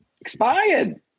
Expired